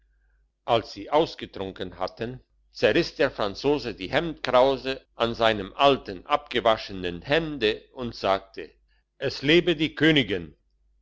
als sie ausgetrunken hatten zerriss der franzos die hemdkrause an seinem alten abgewaschenen hemde und sagte es lebe die königin